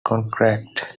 contract